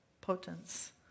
potence